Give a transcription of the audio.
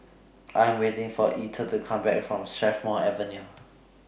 I Am waiting For Etter to Come Back from Strathmore Avenue